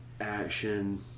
action